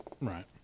Right